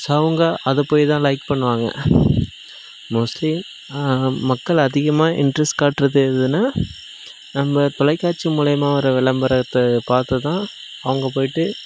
so அவங்க அதை போய் தான் லைக் பண்ணுவாங்க மோஸ்ட்லி மக்கள் அதிகமாக இன்ட்ரெஸ்ட் காட்டுறது எதுன்னா நம்ம தொலைக்காட்சி மூலயமாக வர்ற விளம்பரத்தை பார்த்து தான் அவங்க போய்ட்டு